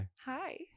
Hi